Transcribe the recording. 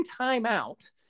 timeout